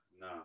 no